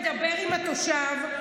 מדבר עם התושב,